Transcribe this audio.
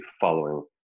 following